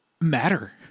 matter